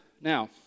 Now